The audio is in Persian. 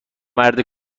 مرد